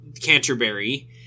Canterbury